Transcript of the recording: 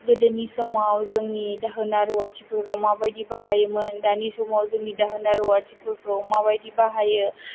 गोदोनि समाव जोंनि दाहोना रुवाथिफोरखौ मा बाइदि बाहायोमोन दानि समाव जोंनि दाहोना रुवाथिफोरखौ मा बाइदि बाहायो